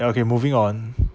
uh okay moving on